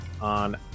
On